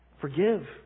Forgive